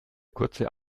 kurze